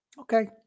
Okay